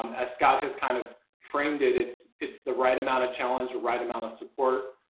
um as scott has kind of framed it. it's it's the right amount of challenge. right amount of support.